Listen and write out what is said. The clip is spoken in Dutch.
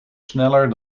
sneller